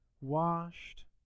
washed